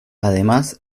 además